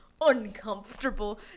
uncomfortable